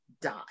die